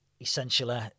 essentially